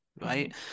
right